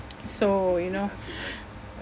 so you know